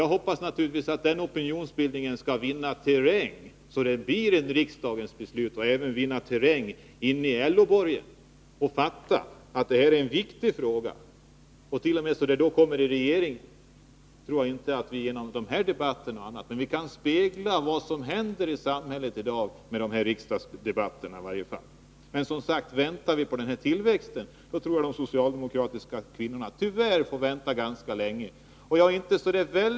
Jag hoppas naturligtvis att den opinionsbildningen skall vinna terräng och bli ett riksdagens beslut. Jag hoppas naturligtvis också att den skall vinna terräng inne i LO-borgen och uppfattas som en viktig fråga, så att den kommer fram till regeringen. Jag tror inte att vi genom dessa riksdagsdebatter kan annat än spegla vad som händer i samhället i dag. Men, som sagt, om de socialdemokratiska kvinnorna skall vänta på tillväxten, då tror jag att de tyvärr får vänta ganska länge.